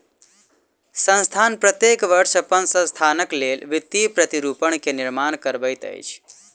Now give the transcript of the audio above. संस्थान प्रत्येक वर्ष अपन संस्थानक लेल वित्तीय प्रतिरूपण के निर्माण करबैत अछि